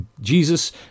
Jesus